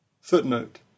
footnote